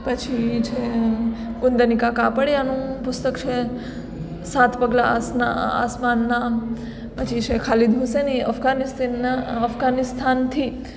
પછી છે એમ કુંદની કાપડિયાનું પુસ્તક છે સાત પગલાં આસમાનનાં પછી છે ખાલીદ હુસેની અફગાનિસ્તાનના અફગાનિસ્તાનથી